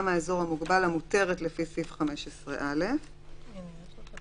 מהאזור המוגבל המותרת לפי סעיף 15(א); (17)